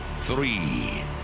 three